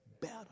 better